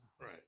right